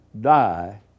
die